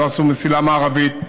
לא עשו מסילה מערבית,